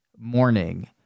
morning